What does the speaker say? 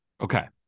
Okay